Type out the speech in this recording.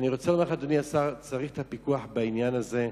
אדוני השר, צריך פיקוח בעניין הזה.